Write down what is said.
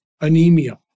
anemia